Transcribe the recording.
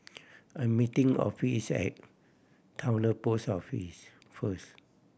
I'm meeting Offie is at Towner Post Office first